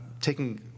taking